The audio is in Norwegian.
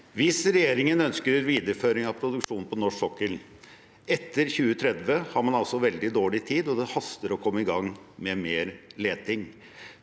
Hvis regjeringen ønsker en videreføring av produksjonen på norsk sokkel etter 2030, har man altså veldig dårlig tid, og det haster med å komme i gang med mer leting.